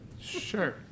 Sure